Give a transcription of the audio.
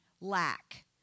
lack